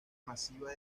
masiva